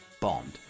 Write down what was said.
Bond